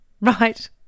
right